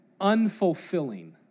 unfulfilling